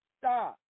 stop